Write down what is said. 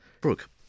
Brooke